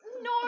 No